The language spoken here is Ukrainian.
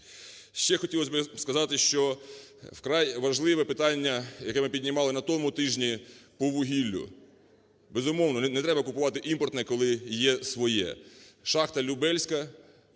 Ще хотілось би сказати, що вкрай важливе питання, яке ми піднімали на тому тижні, по вугіллю. Безумовно, не треба купувати імпортне, коли є своє. Шахта "Любельська"